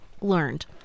learned